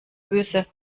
böse